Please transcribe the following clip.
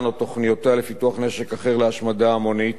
או תוכניותיה לפיתוח נשק אחר להשמדה המונית,